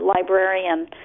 librarian